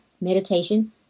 Meditation